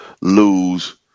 lose